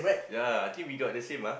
ya I think we got the same ah